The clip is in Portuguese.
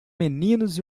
meninos